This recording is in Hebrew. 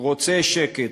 רוצה שקט.